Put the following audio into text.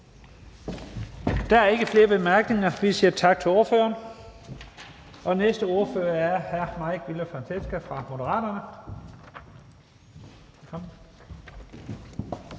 Der er ikke flere korte bemærkninger. Vi siger tak til ordføreren. Næste ordfører er hr. Mike Villa Fonseca fra Moderaterne. Velkommen.